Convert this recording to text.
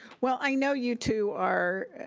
well, i know you two are,